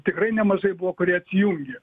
tikrai nemažai buvo kurie atsijungė